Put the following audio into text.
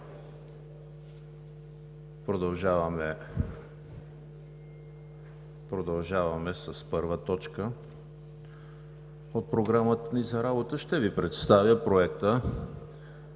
Продължаваме с първа точка от Програмата ни за работа. Ще ви представя: „Проект!